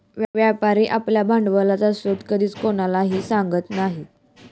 व्यापारी आपल्या भांडवलाचा स्रोत कधीच कोणालाही सांगत नाही